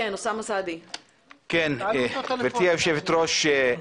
גברתי יושבת הראש,